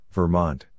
Vermont